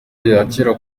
yakira